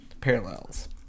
parallels